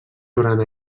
durant